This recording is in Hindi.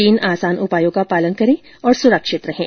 तीन आसान उपायों का पालन करें और सुरक्षित रहें